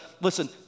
listen